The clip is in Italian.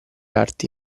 arti